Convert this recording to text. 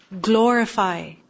Glorify